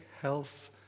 health